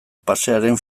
pasearen